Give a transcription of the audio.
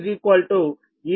కనుక అది I Xsin ∅